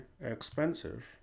expensive